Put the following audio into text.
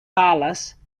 palace